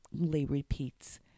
repeats